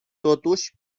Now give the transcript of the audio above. totuși